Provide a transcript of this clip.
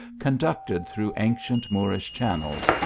conducted through ancient moorish channels,